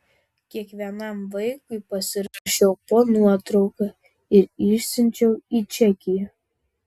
kiekvienam vaikui pasirašiau po nuotrauka ir išsiunčiau į čekiją